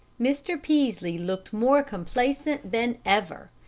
mr. peaslee looked more complacent than ever.